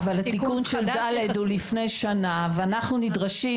אבל התיקון של (ד) הוא מלפני שנה ואנחנו נדרשים